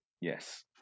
yes